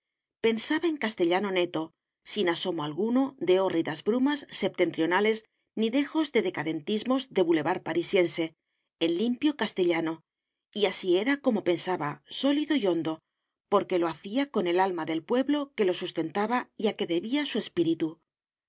pensaba en castellano neto sin asomo alguno de hórridas brumas septentrionales ni dejos de decadentismos de bulevar parisiense en limpio castellano y así era cómo pensaba sólido y hondo porque lo hacía con el alma del pueblo que lo sustentaba y a que debía su espíritu